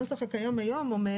הנוסח הקיים היום אומר